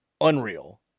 unreal